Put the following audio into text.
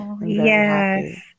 Yes